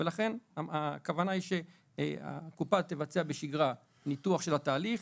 הכוונה היא שהקופה תבצע בשגרה ניתוח של התהליך,